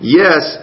yes